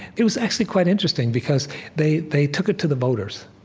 it was actually quite interesting, because they they took it to the voters,